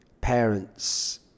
parents